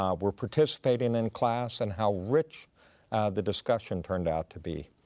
um were participating in class and how rich the discussion turned out to be.